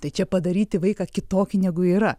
tai čia padaryti vaiką kitokį negu yra